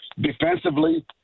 defensively